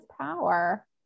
power